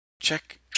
Check